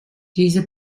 diese